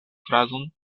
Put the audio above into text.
frazon